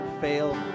fail